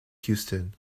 houston